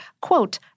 quote